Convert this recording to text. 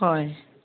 হয়